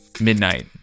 midnight